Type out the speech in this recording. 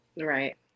Right